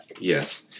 Yes